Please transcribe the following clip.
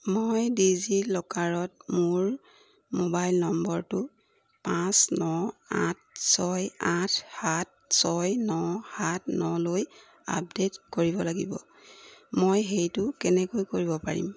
মই ডিজিলকাৰত মোৰ মোবাইল নম্বৰটো পাঁচ ন আঠ ছয় আঠ সাত ছয় ন সাত নলৈ আপডেট কৰিব লাগিব মই সেইটো কেনেকৈ কৰিব পাৰিম